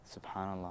Subhanallah